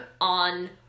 on